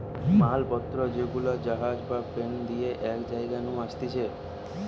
মাল পত্র যেগুলা জাহাজ বা প্লেন দিয়ে এক জায়গা নু আসতিছে